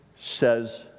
says